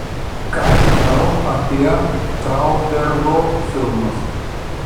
ką žinau apie traubergo filmus